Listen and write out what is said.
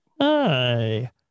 Hi